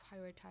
prioritize